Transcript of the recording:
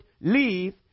leave